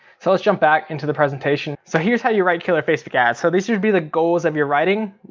so let's jump back into the presentation. so here's how you write killer facebook ads. so these should be the goals of your writing.